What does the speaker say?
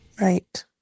Right